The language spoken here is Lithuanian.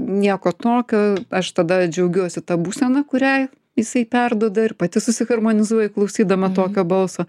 nieko tokio aš tada džiaugiuosi ta būsena kurią jisai perduoda ir pati susiharmonizuoju klausydama tokio balso